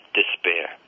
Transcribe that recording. despair